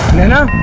naina?